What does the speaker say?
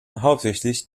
hauptsächlich